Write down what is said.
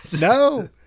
no